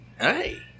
Hey